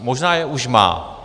Možná je už má.